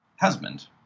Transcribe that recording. husband